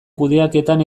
kudeaketan